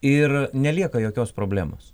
ir nelieka jokios problemos